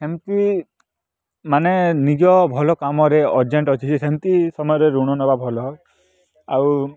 ଏମତି ମାନେ ନିଜ ଭଲ କାମରେ ଅର୍ଜେଣ୍ଟ୍ ଅଛି ସେମିତି ସମୟରେ ଋଣ ନେବା ଭଲ ଆଉ